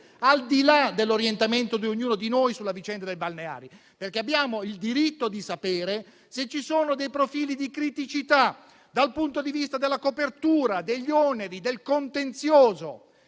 al di là dell'orientamento di ognuno di noi sulla vicenda dei balneari, perché abbiamo il diritto di sapere se ci sono dei profili di criticità dal punto di vista della copertura, degli oneri, del contenzioso